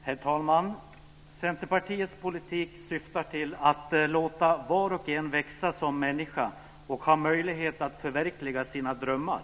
Herr talman! Centerpartiets politik syftar till att låta var och en växa som människa och ha möjlighet att förverkliga sina drömmar.